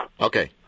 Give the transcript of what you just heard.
Okay